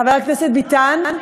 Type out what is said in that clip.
חבר הכנסת ביטן,